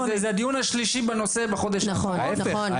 זה הדיון השלישי בנושא בחודש האחרון,